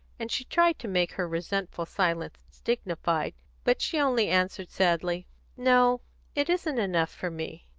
and she tried to make her resentful silence dignified but she only answered sadly no it isn't enough for me.